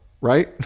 right